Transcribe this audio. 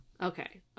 Okay